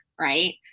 right